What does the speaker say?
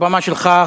הבמה שלך,